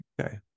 Okay